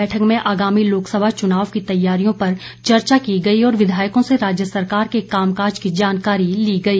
बैठक में आगामी लोकसभा सभा चुनाव की तैयारियों पर चर्चा की गई और विधायकों से राज्य सरकार के कामकाज की जानकारी ली गई